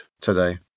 today